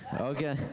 Okay